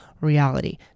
reality